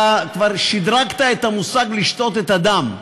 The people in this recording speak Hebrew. אתה כבר שדרגת את המושג "לשתות את הדם".